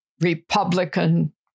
Republican